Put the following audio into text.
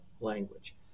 language